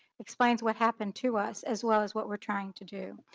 explains what happened to us as well as what we're trying to do.